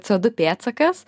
co du pėdsakas